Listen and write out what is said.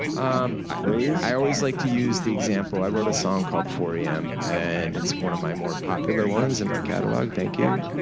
um phrase? i always like to use the example, i wrote a song called four am, and it's one of my more popular ones in my catalogue, thank you.